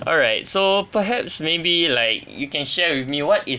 alright so perhaps maybe like you can share with me what is